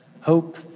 hope